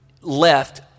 left